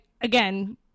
again